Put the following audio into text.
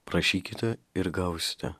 prašykite ir gausite